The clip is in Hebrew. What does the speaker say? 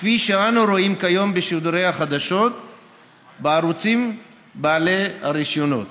כפי שאנו רואים כיום בשידורי החדשות בערוצים בעלי הרישיונות.